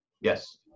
Yes